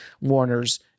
Warner's